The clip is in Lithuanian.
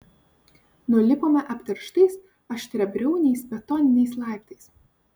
nulipome apterštais aštriabriauniais betoniniais laiptais